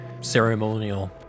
Ceremonial